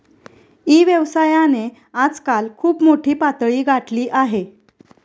E व्यवसायाने आजकाल खूप मोठी पातळी गाठली आहे